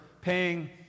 paying